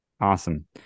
Awesome